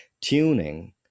Tuning